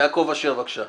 יעקב אשר, בבקשה.